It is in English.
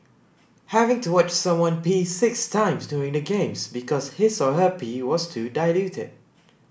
having to watch someone pee six times during the Games because his or her pee was too diluted